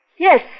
Yes